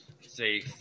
say